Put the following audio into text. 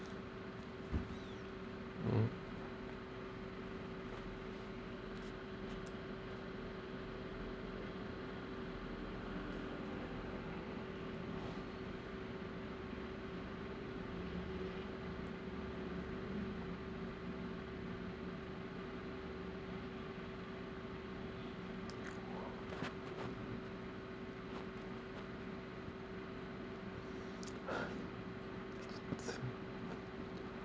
mm